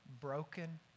Broken